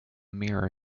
mirror